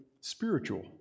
spiritual